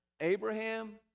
Abraham